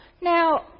now